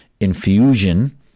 infusion